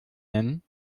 nennen